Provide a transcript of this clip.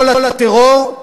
לא לטרור,